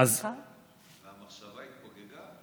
והמחשבה התפוגגה?